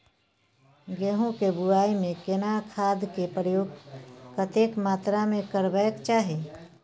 गेहूं के बुआई में केना खाद के प्रयोग कतेक मात्रा में करबैक चाही?